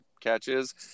catches